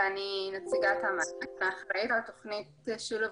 אני נציגת המל"ג ואחראית על תוכנית שילוב